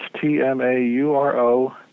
T-M-A-U-R-O